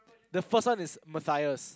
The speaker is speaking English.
the first one is Matthias